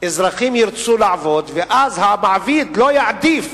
אזרחים ירצו לעבוד, ואז המעביד לא יעדיף